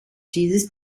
dieses